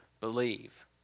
believe